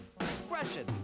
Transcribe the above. expression